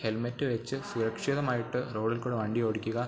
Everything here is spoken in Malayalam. ഹെൽമറ്റ് വെച്ച് സുരക്ഷിതമായിട്ട് റോഡിൽ കൂടെ വണ്ടി ഓടിക്കുക